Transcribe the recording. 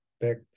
back